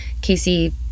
Casey